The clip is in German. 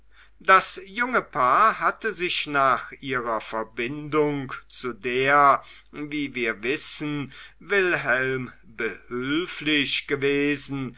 das junge paar hatte sich nach ihrer verbindung zu der wie wir wissen wilhelm behülflich gewesen